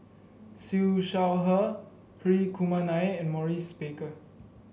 Siew Shaw Her Hri Kumar Nair and Maurice Baker